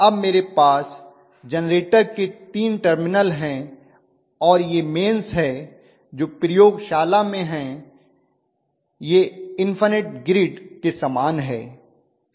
अब मेरे पास जेनरेटर के 3 टर्मिनल हैं और यह मेंस है जो प्रयोगशाला में हैं यह इन्फनिट ग्रिड के समान है